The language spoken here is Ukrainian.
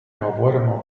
говоримо